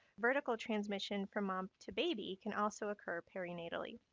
vertical transmission from mom to baby can also occur perinatally.